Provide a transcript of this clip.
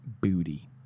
booty